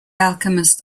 alchemist